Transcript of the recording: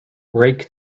rake